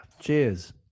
cheers